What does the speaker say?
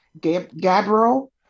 Gabriel